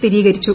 സ്ഥിരീകരിച്ചു